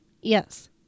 Yes